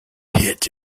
hit